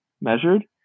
measured